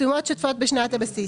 "תשומות שוטפות בשנת הבסיס"